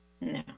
No